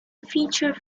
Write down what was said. feature